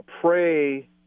pray